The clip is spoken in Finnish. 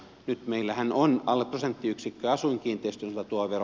nyt meillähän on alle prosenttiyksikkö asuinkiinteistöiltä tuo vero